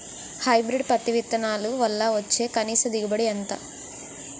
Hybrid పత్తి విత్తనాలు వల్ల వచ్చే కనీస దిగుబడి ఎంత?